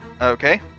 Okay